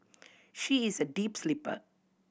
she is a deep sleeper